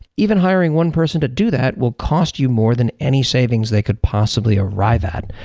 even hiring one person to do that will cost you more than any savings they could possibly arrive at.